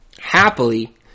happily